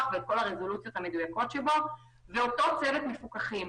ואת כל הרזולוציות המדויקות שבו ואותו צוות מפוקחים,